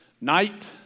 night